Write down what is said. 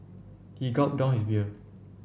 he gulped down his beer